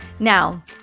Now